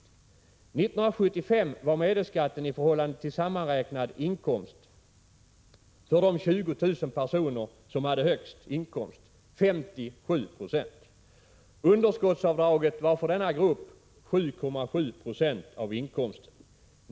1975 uppgick medelskatten, i förhållande till sammanräknad inkomst för de 20 000 personer som hade de högsta inkomsterna, till 57 26. Underskottsavdraget för gruppen var 7,7 Yo av inkomsten.